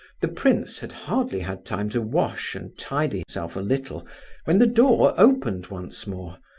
the prince had hardly had time to wash and tidy himself a little when the door opened once more,